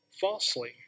falsely